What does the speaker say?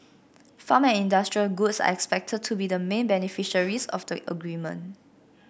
farm and industrial goods are expected to be the main beneficiaries of the agreement